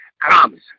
promise